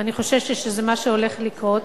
אני חוששת שזה מה שהולך לקרות,